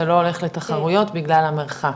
אתה לא הולך לתחרויות בגלל המרחק.